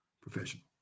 professional